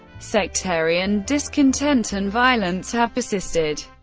sectarian discontent and violence have persisted.